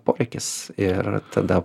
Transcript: poreikis ir tada